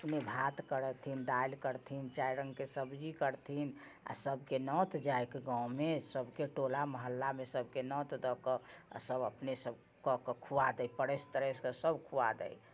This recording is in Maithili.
अपने भात करथिन दालि करथिन चारि रङ्गके सब्जीके करथिन आओर सभके नौत जाइके गाँवमे सभके टोला मोहल्लामे सभके नोत दऽ कऽ आओर सभके कऽ कऽ खुआ दै परसि तरसि कऽ सभके खुआ दै